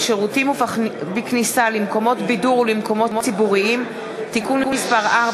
בשירותים ובכניסה למקומות בידור ולמקומות ציבוריים (תיקון מס' 4),